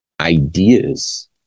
ideas